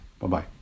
Bye-bye